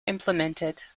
implemented